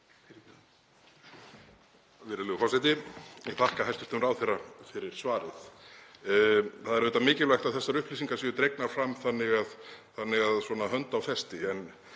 Það er auðvitað mikilvægt að þessar upplýsingar séu dregnar fram þannig að hönd á festi